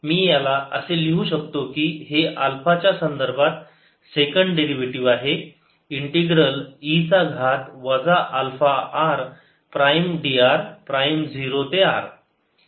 मी याला असे लिहू शकतो की हे अल्फा च्या संदर्भात सेकंड डेरिव्हेटिव्ह आहे इंटीग्रल e चा घात वजा alpha r prime d r prime 0 ते r